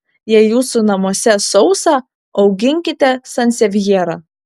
jei jūsų namuose sausa auginkite sansevjerą